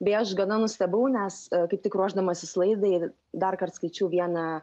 beje aš gana nustebau nes kaip tik ruošdamasis laidai darkart skaičiau vieną